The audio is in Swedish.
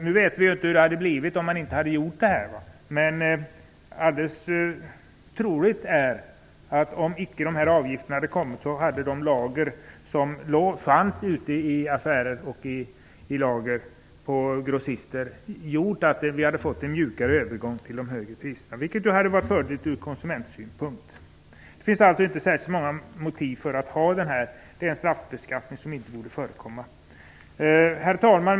Nu vet vi inte hur det hade blivit om man inte hade infört avgiften, men det är troligt att de lager som fanns i affärer och hos grossister hade gjort övergången till de högre priserna mjukare, vilket hade varit en fördel från konsumentsynpunkt. Det finns alltså inte särskilt många motiv för att ha den här avgiften. Det är en straffbeskattning som inte borde förekomma. Herr talman!